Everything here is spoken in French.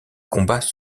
combats